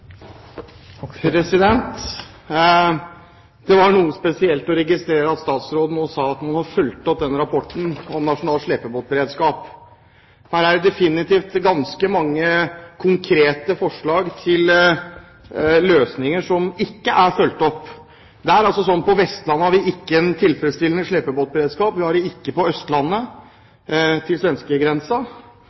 saken. Det var noe spesielt å registrere at statsråden nå sa at man hadde fulgt opp denne rapporten om nasjonal slepebåtberedskap. Her er det definitivt ganske mange konkrete forslag til løsninger som ikke er fulgt opp. Det er altså sånn at på Vestlandet har vi ikke en tilfredsstillende slepebåtberedskap, og vi har det ikke på Østlandet til